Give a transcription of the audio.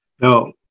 No